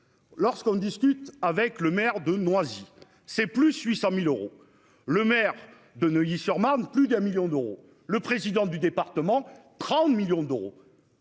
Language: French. Lorsqu'on discute avec le maire de Noisy, c'est plus 800.000 euros. Le maire de Neuilly-sur-Marne, plus d'un million d'euros. Le président du département 30 millions d'euros.